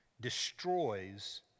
destroys